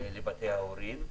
לבתי ההורים,